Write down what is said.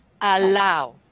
Allow